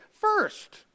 first